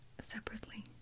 separately